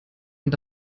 und